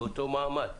באותו מעמד,